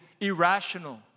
irrational